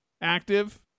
active